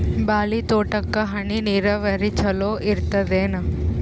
ಬಾಳಿ ತೋಟಕ್ಕ ಹನಿ ನೀರಾವರಿ ಚಲೋ ಇರತದೇನು?